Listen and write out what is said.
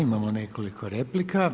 Imamo nekoliko replika.